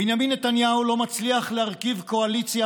בנימין נתניהו לא מצליח להרכיב קואליציה.